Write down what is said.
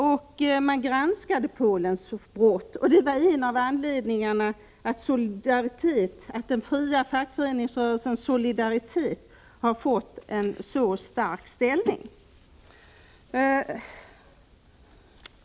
ILO granskade Polens brott, och det var en av anledningarna till att den fria fackföreningsrörelsen Solidaritet har fått en så stark ställning.